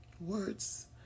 words